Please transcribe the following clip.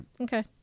Okay